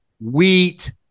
Wheat